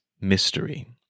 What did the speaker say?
mystery